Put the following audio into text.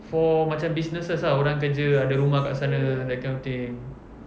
for macam businesses ah orang kerja ada rumah dekat sana that kind of thing